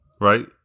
right